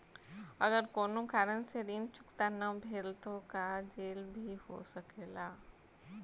अगर कौनो कारण से ऋण चुकता न भेल तो का जेल भी हो सकेला?